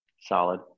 solid